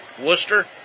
Worcester